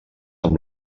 amb